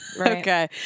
Okay